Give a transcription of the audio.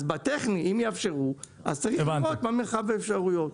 אז בטכני אם יאפשרו אז צריך לראות מה מרחב האפשרויות.